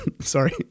Sorry